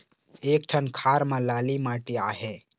एक ठन खार म लाली माटी आहे?